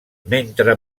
mentre